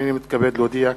הנני מתכבד להודיע,